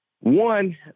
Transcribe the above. One